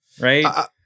Right